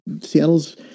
Seattle's